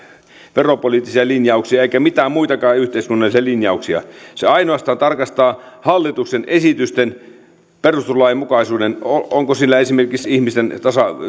veropoliittisia linjauksia eikä mitään muitakaan yhteiskunnallisia linjauksia se ainoastaan tarkastaa hallituksen esitysten perustuslainmukaisuuden onko niissä esimerkiksi ihmisten